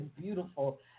beautiful